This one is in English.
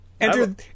Enter